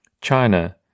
China